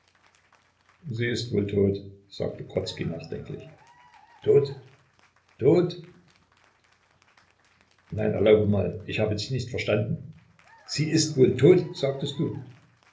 sie ist wohl tot sagte grodzki nachdenklich tot tot nein erlaub mal ich habe dich nicht verstanden sie ist wohl tot sagtest du